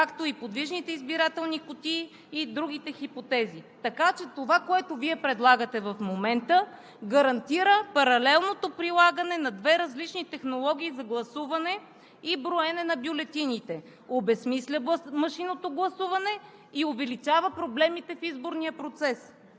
както и подвижните избирателни кутии и другите хипотези. Така че това, което Вие предлагате в момента, гарантира паралелното прилагане на две различни технологии за гласуване и броене на бюлетините, обезсмисля машинното гласуване и увеличава проблемите в изборния процес.